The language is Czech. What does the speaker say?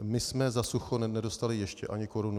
My jsme za sucho nedostali ještě ani korunu.